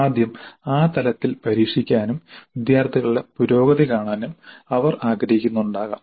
ആദ്യം ആ തലത്തിൽ പരീക്ഷിക്കാനും വിദ്യാർത്ഥികളുടെ പുരോഗതി കാണാനും അവർ ആഗ്രഹിക്കുന്നുണ്ടാകാം